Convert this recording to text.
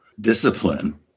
discipline